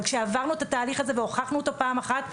אבל כשעברנו את התהליך הזה והוכחנו אותו פעם אחת,